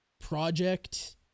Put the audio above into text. Project